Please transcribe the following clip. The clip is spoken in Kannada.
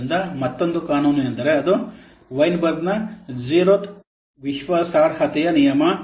ಆದ್ದರಿಂದ ಮತ್ತೊಂದು ಕಾನೂನು ಎಂದರೆ ಅದು ವೈನ್ಬರ್ಗ್ನ ಜೀರೋತ್Weinberg's Zeroth ವಿಶ್ವಾಸಾರ್ಹತೆಯ ನಿಯಮ